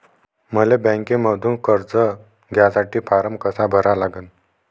मले बँकेमंधून कर्ज घ्यासाठी फारम कसा भरा लागन?